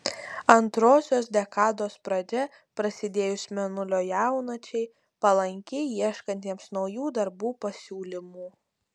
antrosios dekados pradžia prasidėjus mėnulio jaunačiai palanki ieškantiems naujų darbų pasiūlymų